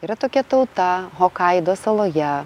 yra tokia tauta hokaido saloje